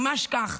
ממש כך,